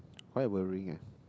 quite worrying leh